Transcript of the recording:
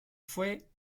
fue